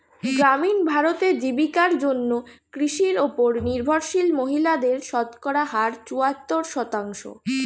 গ্রামীণ ভারতে, জীবিকার জন্য কৃষির উপর নির্ভরশীল মহিলাদের শতকরা হার চুয়াত্তর শতাংশ